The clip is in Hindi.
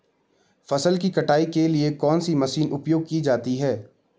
फसल की कटाई के लिए कौन सी मशीन उपयोग की जाती है?